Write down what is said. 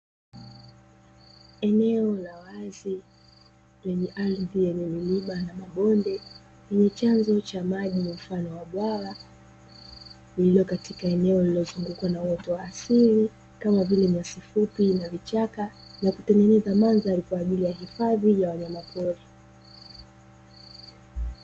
Eneo la wazi lenye ardhi yenye milima na mabonde yenye chanzo cha maji mfano wa bwawa, lililo katika eneo lililozungukwa na uwoto wa asili kama vile nyasi fupi na vichaka na kutengeneza mandhari kwaajili ya hifadhi ya wanyamapori.